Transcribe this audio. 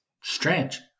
Strange